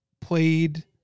played